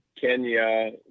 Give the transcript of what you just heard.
Kenya